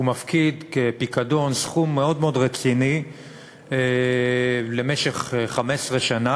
הוא מפקיד כפיקדון סכום מאוד מאוד רציני למשך 15 שנה,